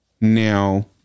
Now